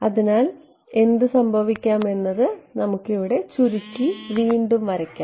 അതിനാൽ എന്ത് സംഭവിക്കാം എന്നത് നമുക്ക് ഇവിടെ ചുരുക്കി വീണ്ടും വരയ്ക്കാം